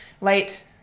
late